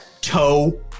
toe